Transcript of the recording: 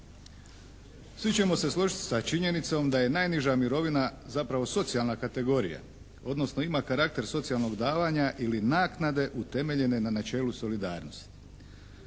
Svi ćemo se složiti sa činjenicom da je najniža mirovina zapravo socijalna kategorija odnosno ima karakter socijalnog davanja ili naknade utemeljene na načelu solidarnosti.